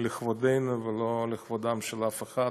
לכבודנו ולא לכבודו של אף אחד,